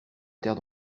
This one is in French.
terre